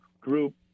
group